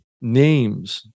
names